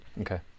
okay